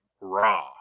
Raw